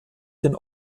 den